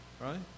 Right